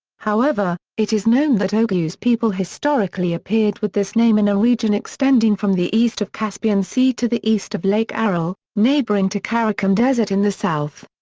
however, it is known that oghuz people historically appeared with this name in a region extending from the east of caspian sea to the east of lake aral, neighbouring to karakum desert in the south.